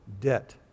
debt